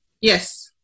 Yes